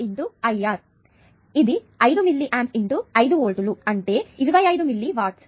I R ఇది 5 milliamps × 5 వోల్ట్లు అంటే 25 మిల్లీ వాట్స్